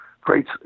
great